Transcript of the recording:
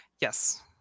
yes